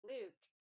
Luke